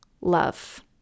love